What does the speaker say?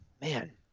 Man